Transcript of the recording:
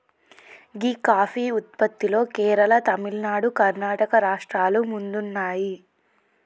గీ coffee ఉత్పత్తిలో కేరళ, తమిళనాడు, కర్ణాటక రాష్ట్రాలు ముందున్నాయి